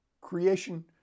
Creation